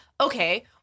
okay